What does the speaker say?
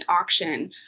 auction